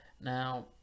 Now